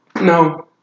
No